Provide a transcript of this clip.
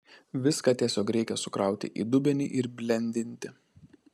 viską tiesiog reikia sukrauti į dubenį ir blendinti